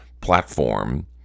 platform